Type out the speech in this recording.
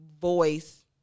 voice